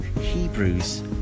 Hebrews